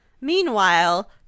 Meanwhile